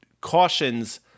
cautions